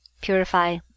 purify